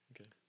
Okay